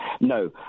No